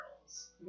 Girls